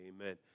Amen